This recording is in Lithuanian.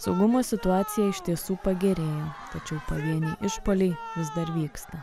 saugumo situacija iš tiesų pagerėjo tačiau pavieniai išpuoliai vis dar vyksta